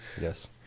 yes